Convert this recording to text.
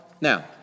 Now